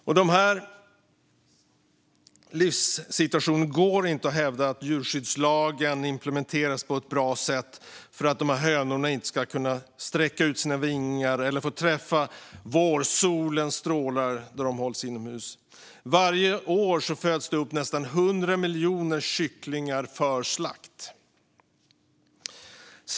Och det går inte att hävda att djurskyddslagen implementeras på ett bra sätt för de hönor som inte kan sträcka ut sina vingar eller få träffas av vårsolens strålar då de hålls inomhus. Varje år föds det upp nästan 100 miljoner kycklingar för slakt i Sverige.